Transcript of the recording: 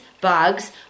bugs